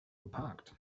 geparkt